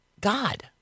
God